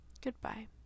goodbye